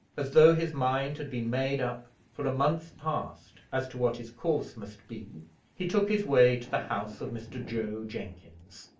as though his mind had been made up for a month past as to what his course must be he took his way to the house of mr. joe jenkins.